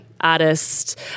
artist